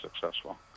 successful